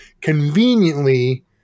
conveniently